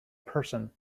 person